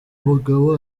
umugabo